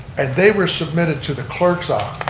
and they were submitted to the clerk's ah